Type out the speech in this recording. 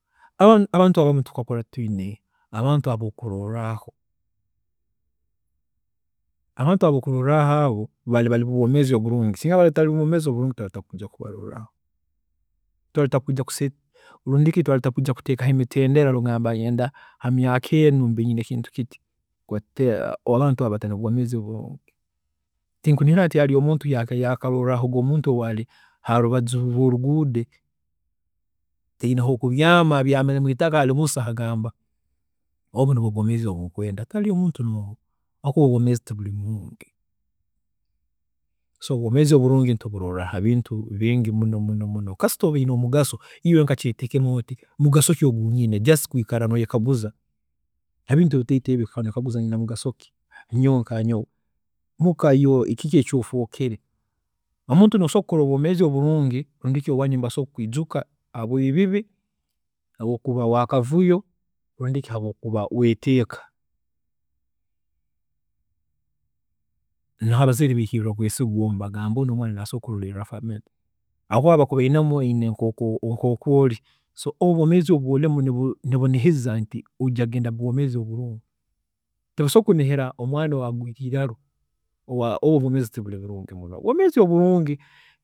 ﻿Aba- Abantu abamu tukakura twiine abantu abokurorraho, abantu ab'okurorraho abo bari mubw'omeezi oburungi singa tibari mubwoomeezi oburungi twakubaire tutakubarorraho, rundi ki twakubaire tutakuteekaho emitendera nogamba hamyaaka enu ninyenda mbe n'ekintu kiti. Kakuba abantu baari bataine bwoomeezi oburungi. Tinkunihira nti haroho omuntu eyali arozireho omuntu ayari harubaju rworuguudo taine hokubyaama abyamire mwiitaka ari busa agamba nti obu nibwo nkwenda tihariyo omuntu noomu hakuba obu obwoomeezi tiburi bulungi. So obwoomeezi obulungi tuburoorraa habintu bingi muno muno muno, kasita oba oyine omugaso iwe okakyeetekamu oti mugaso ki ogunyine, just kwiikara noyekaguza ha bintu ebitoito ebi okaikara noyekaguza nyowe nyine mugaso ki, nyowe nkanyowe, kiki eki ofwokere, omuntu nosobola kukora obwoomeezi obulungi rundi ki owanyu nibasobola kukwiijuka habweebibi, habwaakavuyo rundi ki habwookuba weeteeka, niho abazaire beihirira kukwesiga nibagamba ngu ogu omwaana asobola kulorerra family hakuba bakuboinemu oyina nkoku ori, so obwoomeezi obu orimu nibunihiza nti osobola kugenda mubwoomeezi obulungi tibasobola kunihira mumwaana owaagwiire eiraro. Obwoomeezi obulungi